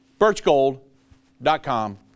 birchgold.com